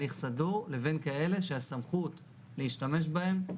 שקבעה המדינה מהשקל הראשון,